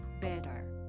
better